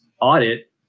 audit